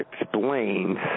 explains